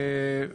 "חיסא",